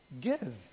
give